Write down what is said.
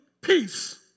peace